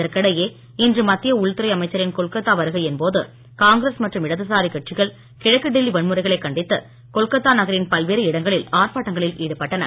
இதற்கிடையே இன்று மத்திய உள்துறை அமைச்சரின் கொல்கத்தா வருகையின் போது காங்கிரஸ் மற்றும் இடதுசாரி கட்சிகள் கிழக்கு டெல்லி வன்முறைகளை கண்டித்து கொல்கத்தா நகரின் பல்வேறு இடங்களில் ஆர்ப்பாட்டங்களில் ஈடுபட்டன